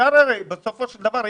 בסופו של דבר,